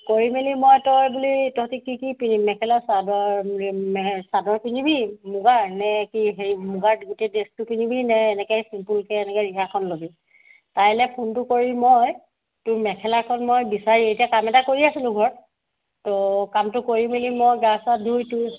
কৰি মেলি মই তই বুলি তহঁতি কি কি পিন্ধিবি মেখেলা চাদৰ হেৰি চাদৰ পিন্ধিবি মুগাৰ নে কি হেৰি মুগাৰ গোটেই ড্ৰেছটো পিন্ধিবি নে এনেকৈ ছিম্পুলকৈ এনেকৈ ৰিহাখন ল'বি তাইলৈ ফোনটো কৰি মই তোৰ মেখেলাখন মই বিচাৰি এতিয়া কাম এটা কৰি আছিলোঁ ঘৰত তো কামটো কৰি মেলি মই গা চা ধুই